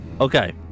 Okay